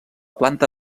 planta